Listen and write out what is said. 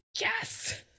Yes